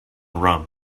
rump